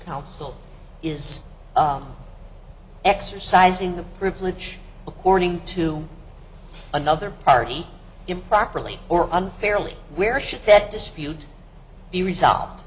council is exercising the privilege according to another party improperly or unfairly where should that dispute be resolved